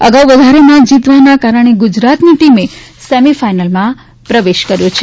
અગાઉ વધારે મેચ જીતવાને કારણે ગુજરાતની ટીમે સેમિફાઇનલમાં પ્રવેશ મેળવ્યો હતો